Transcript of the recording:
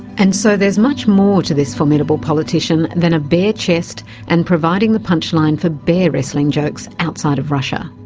and so there's much more to this formidable politician than a bare chest and providing the punch line for bear-wrestling jokes outside of russia,